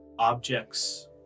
objects